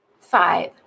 Five